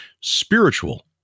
spiritual